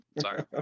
sorry